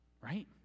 Right